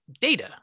data